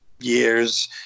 years